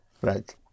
Right